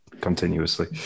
continuously